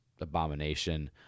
abomination